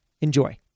enjoy